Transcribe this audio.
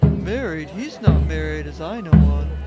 married! he is not married as i know on.